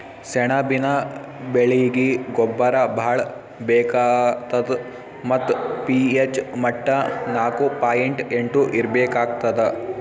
ಸೆಣಬಿನ ಬೆಳೀಗಿ ಗೊಬ್ಬರ ಭಾಳ್ ಬೇಕಾತದ್ ಮತ್ತ್ ಪಿ.ಹೆಚ್ ಮಟ್ಟಾ ನಾಕು ಪಾಯಿಂಟ್ ಎಂಟು ಇರ್ಬೇಕಾಗ್ತದ